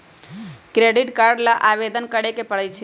credit card ला आवेदन करे के परई छई